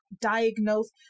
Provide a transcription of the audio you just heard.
diagnose